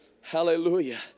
Hallelujah